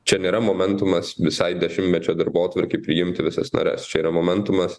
čia nėra momentumas visai dešimtmečio darbotvarkei priimti visas nares čia yra momentumas